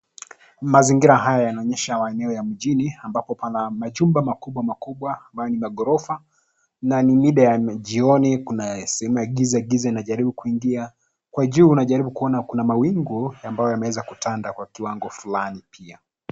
Mazingira haya yanaonyesha maeneo ya mjini ambapo pana majumba makubwa makubwa ambayo ni maghorofa na ni mida ya majioni kuna giza inajaribu kuingia ingia. Kwa juu najaribu kuona kuna mawingu ambayo yameweza kutanda kwa kiwango fulani pia.